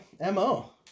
MO